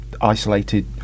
isolated